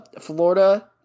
Florida –